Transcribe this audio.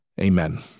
amen